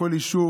בכל יישוב,